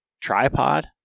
tripod